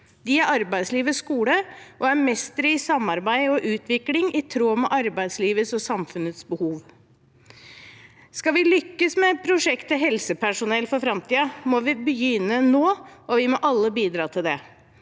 De er arbeidslivets skole og er mestere i samarbeid og utvikling i tråd med arbeidslivets og samfunnets behov. Skal vi lykkes med prosjektet «helsepersonell for framtiden», må vi begynne nå, og vi må alle bidra til det.